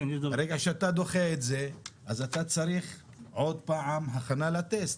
ברגע שאתה דוחה את זה אז אתה צריך עוד פעם הכנה לטסט,